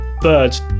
birds